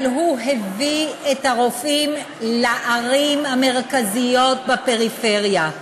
אבל הוא הביא את הרופאים לערים המרכזיות בפריפריה.